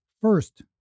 First